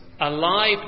alive